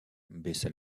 baissa